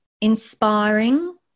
inspiring